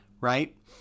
Right